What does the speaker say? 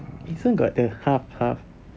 this [one] got the half half